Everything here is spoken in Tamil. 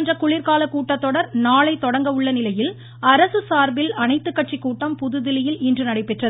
கூட்டம் நாடாளுமன்ற குளிர்கால கூட்டத்தொடர் நாளை தொடங்க உள்ள நிலையில் அரசு சார்பில் அனைத்து கட்சிக்கூட்டம் புதுதில்லியில் இன்று நடைபெற்றது